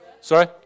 Sorry